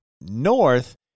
north